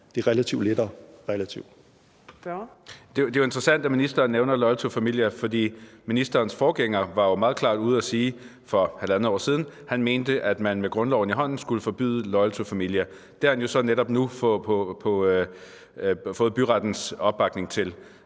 Marcus Knuth (KF): Det er interessant, at ministeren nævner Loyal to Familia, for ministerens forgænger var jo meget klart ude at sige for halvandet år siden, at han mente, at man med grundloven i hånden skulle forbyde Loyal to Familia. Det har han jo så netop nu fået byrettens opbakning til.